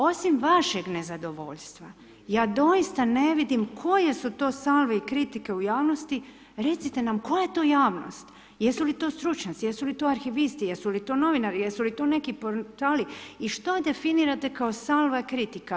Osim vašeg nezadovoljstva ja doista ne vidim koje su to salve i kritike u javnosti, recite nam koja je to javnost, jesu li to stručnjaci, jesu li to arhivisti, jesu li to novinari, jesu li to neki portali i što definirate kao salve kritika.